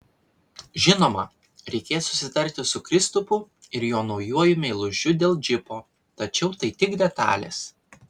žinoma reikės susitarti su kristupu ir jo naujuoju meilužiu dėl džipo tačiau tai tik detalės